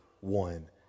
one